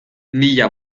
mila